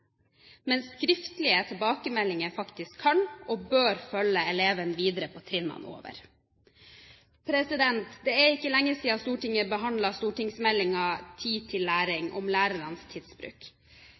skriftlige tilbakemeldinger faktisk kan og bør følge eleven videre på trinnene over. Det er ikke lenge siden Stortinget behandlet stortingsmeldingen Tid til